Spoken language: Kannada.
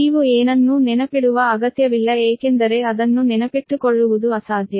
ನೀವು ಏನನ್ನೂ ನೆನಪಿಡುವ ಅಗತ್ಯವಿಲ್ಲ ಏಕೆಂದರೆ ಅದನ್ನು ನೆನಪಿಟ್ಟುಕೊಳ್ಳುವುದು ಅಸಾಧ್ಯ